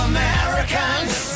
Americans